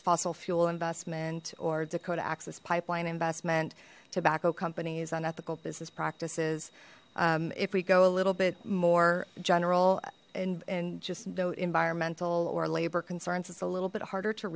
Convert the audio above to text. fossil fuel investment or dakota access pipeline investment tobacco companies unethical business practices if we go a little bit more general and just note environmental or labor concerns it's a little bit harder to